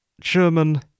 German